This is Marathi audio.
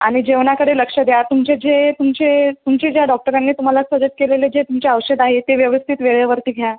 आणि जेवणाकडे लक्ष द्या तुमचे जे तुमचे तुमच्या ज्या डॉक्टरांनी तुम्हाला सजेस्ट केलेले जे तुमचे औषध आहे ते व्यवस्थित वेळेवरती घ्या